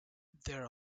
there